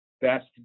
best